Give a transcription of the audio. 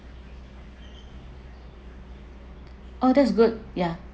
oh that is good yeah